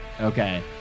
Okay